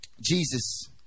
Jesus